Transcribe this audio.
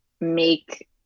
make